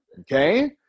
Okay